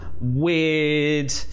weird